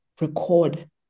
record